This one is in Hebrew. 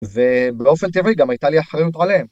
ובאופן טבעי גם הייתה לי אחריות עליהן.